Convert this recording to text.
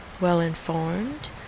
well-informed